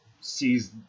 sees